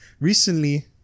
recently